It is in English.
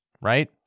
right